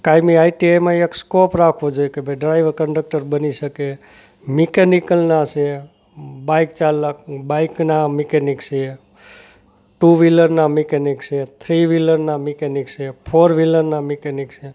કાયમી આઇટીઆઈમાં એક સ્કોપ રાખવો જોઈએ કે ભાઇ ડ્રાઈવર કંડકટર બની શકે મિકેનિકલના છે બાઈક ચાલક બાઈકના મિકેનિક છે ટુ વ્હિલરના મેકેનિક છે થ્રી વ્હિલરના મેકેનિક છે ફોર વ્હિલરના મેકેનિક છે